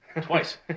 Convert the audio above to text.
Twice